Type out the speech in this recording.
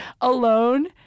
alone